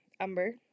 Umber